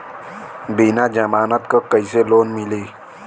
बिना जमानत क कइसे लोन मिली?